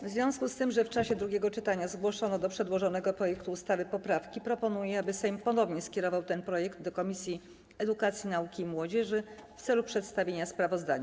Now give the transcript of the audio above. W związku z tym, że w czasie drugiego czytania zgłoszono do przedłożonego projektu ustawy poprawki, proponuję, aby Sejm ponownie skierował ten projekt do Komisji Edukacji, Nauki i Młodzieży w celu przedstawienia sprawozdania.